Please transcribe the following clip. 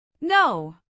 No